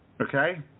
Okay